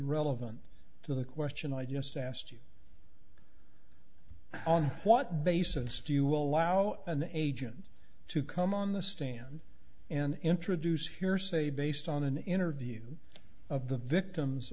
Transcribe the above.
relevant to the question i just asked you on what basis do you allow an agent to come on the stand and introduce hearsay based on an interview of the victims